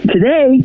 Today